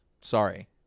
Sorry